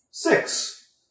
Six